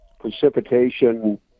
precipitation